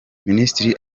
minisitiri